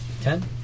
Ten